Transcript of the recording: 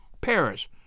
Paris